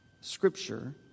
Scripture